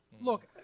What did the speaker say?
look